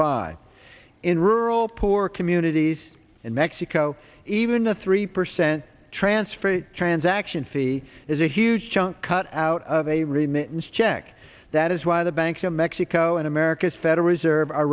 five in rural poor communities in mexico even a three percent transfer transaction fee is a huge chunk cut out of a remittance check that is why the banks of mexico and america's federal reserve